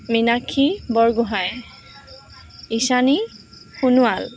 Minakshi Borgohain Isani Sonowal